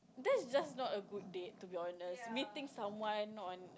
that's just not a good date to be honest meeting someone on